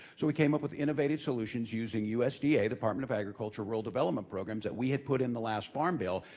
so we came up with innovative solutions using usda, the yeah department of agriculture, rural development programs, that we had put in the last farm bill,